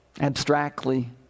abstractly